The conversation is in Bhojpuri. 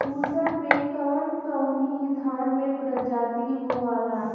उसर मै कवन कवनि धान के प्रजाति बोआला?